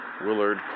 Willard